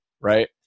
right